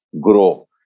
grow